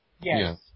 Yes